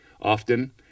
Often